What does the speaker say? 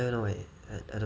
I don't know eh I I